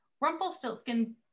Rumpelstiltskin